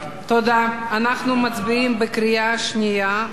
אנחנו מצביעים בקריאה שנייה על הצעת חוק